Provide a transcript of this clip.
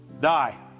die